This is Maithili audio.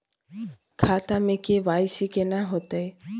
खाता में के.वाई.सी केना होतै?